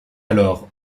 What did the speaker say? alors